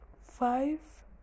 five